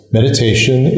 Meditation